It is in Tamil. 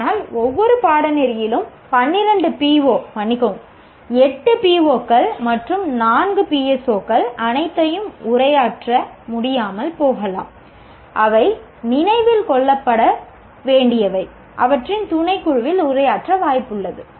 ஆனால் ஒவ்வொரு பாடநெறியிலும் 12 PO மன்னிக்கவும் 8 PO கள் மற்றும் 4 PSO கள் அனைத்தையும் உரையாற்ற முடியாமல் போகலாம் அவை நினைவில் கொள்ளப்பட வேண்டியவை அவற்றின் துணைக்குழுவில் உரையாற்ற வாய்ப்புள்ளது